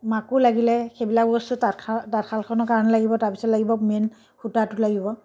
মাকো লাগিলে সেইবিলাক বস্তু তাঁতশাল তাঁতশালখনৰ কাৰণে লাগিব তাৰ পিছত লাগিব মেইন সূতাটো লাগিব